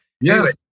Yes